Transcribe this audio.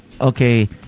Okay